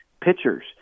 pitchers